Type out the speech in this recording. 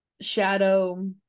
shadow